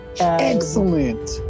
excellent